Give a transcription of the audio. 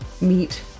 meet